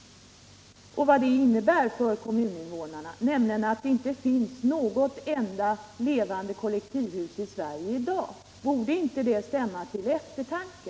För kommuninvånarna innebär det att det inte finns något enda levande kollektivhus i Sverige i dag. Borde inte det stämma till eftertanke?